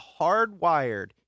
hardwired